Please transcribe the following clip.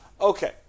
Okay